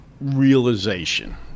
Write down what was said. Realization